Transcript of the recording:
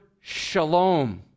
shalom